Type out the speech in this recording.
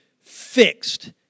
fixed